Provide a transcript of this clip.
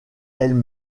elle